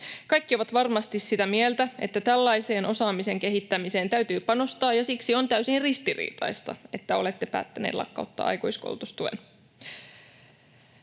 Kaikki ovat varmasti sitä mieltä, että tällaisen osaamisen kehittämiseen täytyy panostaa, ja siksi on täysin ristiriitaista, että olette päättäneet lakkauttaa aikuiskoulutustuen.